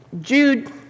Jude